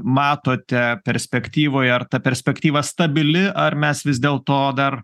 matote perspektyvoje ar ta perspektyva stabili ar mes vis dėl to dar